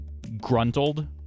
gruntled